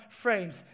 frames